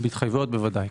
בהתחייבויות ודאי.